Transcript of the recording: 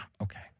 okay